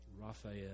Raphael